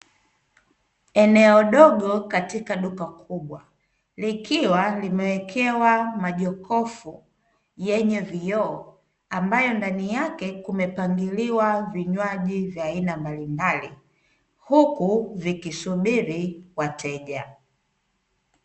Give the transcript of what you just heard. Eneo dogo katika duka likiwa limewekewa majokofu yenye vioo ambayo ndani yake kumepangiliwa vinywaji vya aina mbali mbali huku vikisubiri wateja.